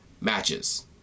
matches